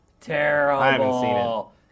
Terrible